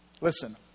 Listen